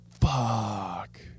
Fuck